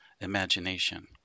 imagination